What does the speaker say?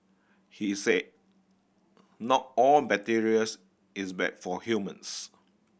he said not all bacteria's is bad for humans